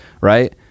right